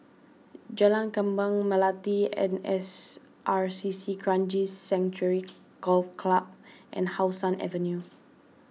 Jalan Kembang Melati N S R C C Kranji Sanctuary Golf Club and How Sun Avenue